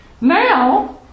Now